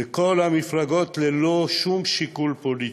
וכל המפלגות, ללא שום שיקול פוליטי.